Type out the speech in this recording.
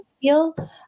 feel